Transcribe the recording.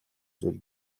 зүйл